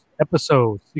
episode